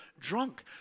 drunk